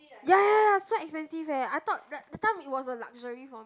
ya ya ya so expensive eh I thought that that time it was a luxury for me